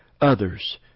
Others